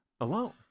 alone